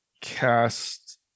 cast